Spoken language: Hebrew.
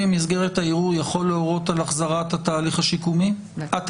במסגרת הערעור יכול להורות על החזרת התהליך הקהילתי?